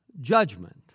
judgment